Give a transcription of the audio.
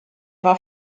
war